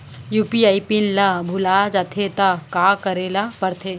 UPI PIN ल भुला जाथे त का करे ल पढ़थे?